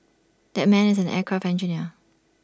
that man is an aircraft engineer